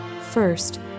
First